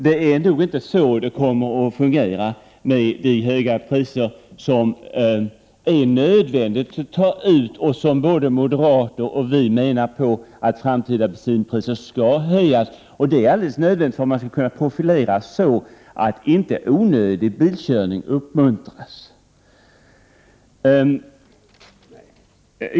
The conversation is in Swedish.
Det är nog inte så det kommer att fungera med de höga priser som är nödvändiga att ta ut och som både moderater och vi menar skall bli verklighet. Det är alldeles nödvändigt att vi skall kunna profilera, så att inte onödig bilkörning uppmuntras.